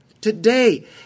Today